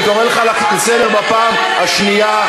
אני קורא אותך לסדר בפעם השנייה.